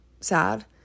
sad